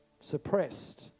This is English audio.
suppressed